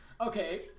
Okay